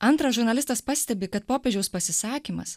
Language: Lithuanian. antras žurnalistas pastebi kad popiežiaus pasisakymas